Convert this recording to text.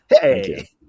hey